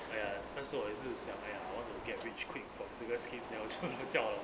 !aiya! 但是我也是想 !aiya! I want to get rich quick from 这个 scheme 要纯论较老